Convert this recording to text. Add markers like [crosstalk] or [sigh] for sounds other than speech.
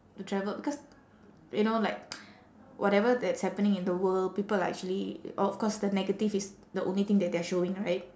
to travel because you know like [noise] whatever that's happening in the world people are actually of course the negative is the only thing that they are showing right